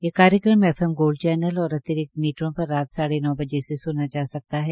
ये कार्यक्रम M M gold channel और अतिरिक्त मीटरों पर शत साढ़े नौ बजे से सूना जा सकता है